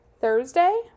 Thursday